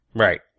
right